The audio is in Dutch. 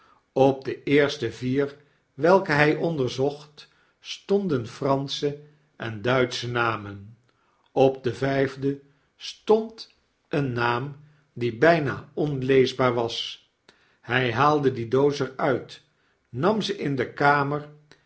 op de eerste vier welke hjj onderzocht stonden pransche en duitsche namen op de vgfde stond een naam die bgna onleesbaar was hj haalde die doos er uit nam ze in de kamer